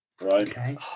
Right